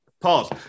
Pause